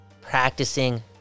practicing